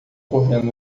correndo